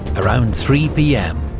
around three pm,